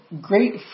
Great